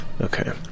Okay